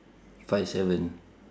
five seven